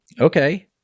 okay